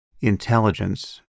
intelligence